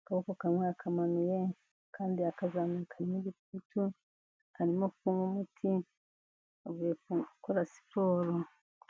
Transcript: akaboko kamwe yakamanuye akandi yakazamuye karimo igipfutu karimo kunywa umuti, avuye gukora siporo.